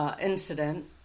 incident